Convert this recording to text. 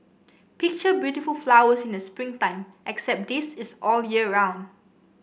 picture beautiful flowers in the spring time except this is all year round